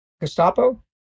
Gestapo